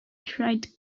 tried